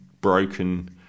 broken